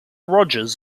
rogers